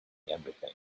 everything